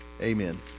Amen